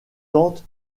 tente